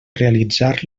realitzar